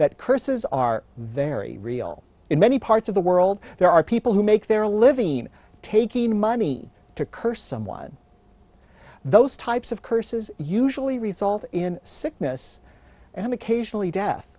curses are very real in many parts of the world there are people who make their living taking money to curse someone those types of curses usually result in sickness and occasionally death